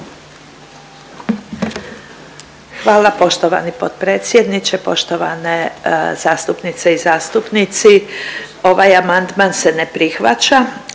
vam poštovani g. potpredsjedniče. Poštovane zastupnice i zastupnici. Ja bih se prvo